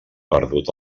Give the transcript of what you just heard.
perdut